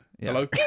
Hello